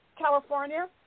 California